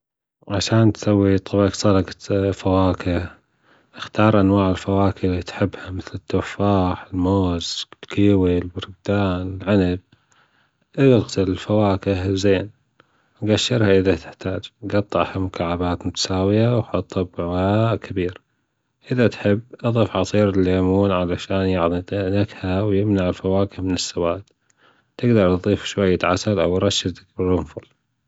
عشان تسوي طبج سلطة فواكه أختار أنواع الفواكه اللي تحبها مثل تفاح موز كيوي البرتجان عنب أغسل الفواكه زين جشرها إذا تحتاج جطعها مكعبات متساوية وحطها في وعاء كبير إذا تحب أضف عصير الليون عشان يعطي نكهة ويمنع الفواكه من السواد تجدر تضيف شوية عسل أو رشة جرنفل